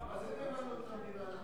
מה זה נאמנות למדינה?